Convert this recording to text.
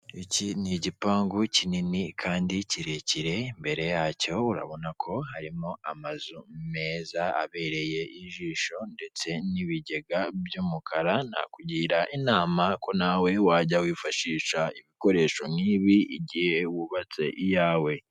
Iki ni igipangu kinini kandi kirekire mbere yacyo urabona ko harimo amazu meza abereye ijisho ndetse n'ibigega by'umukara, nakugira inama ko nawe wajya wifashisha ibikoresho nk'ibi igihe wubatse iyawe.